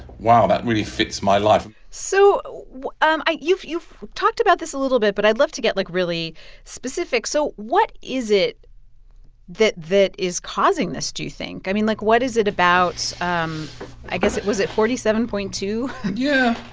wow, that really fits my life so um i you've you've talked about this a little bit, but i'd love to get, like, really specific. so what is it that that is causing this, do you think? i mean, like, what is it about um i guess it was it forty seven point two? yeah.